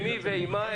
עם מי ועם מה?